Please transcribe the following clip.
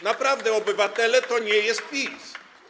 Naprawdę, obywatele to nie jest PiS.